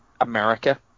America